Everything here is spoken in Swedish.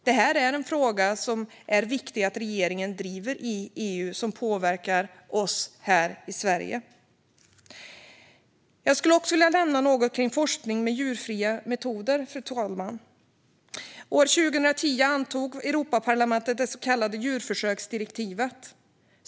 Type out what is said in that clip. Detta är en fråga som påverkar oss här i Sverige och som det är viktigt att regeringen driver i EU. Jag skulle också vilja nämna något kring forskning med djurfria metoder, fru talman. År 2010 antog Europaparlamentet det så kallade djurförsöksdirektivet.